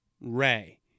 Ray